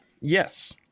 Yes